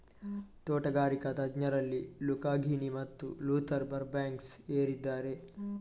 ತೋಟಗಾರಿಕಾ ತಜ್ಞರಲ್ಲಿ Luca Ghini ಮತ್ತು ಲೂಥರ್ ಬರ್ಬ್ಯಾಂಕ್ಸ್ ಏರಿದ್ದಾರೆ